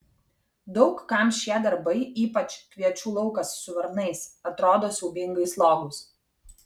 daug kam šie darbai ypač kviečių laukas su varnais atrodo siaubingai slogūs